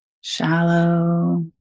shallow